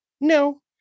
no